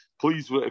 please